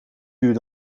duur